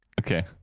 Okay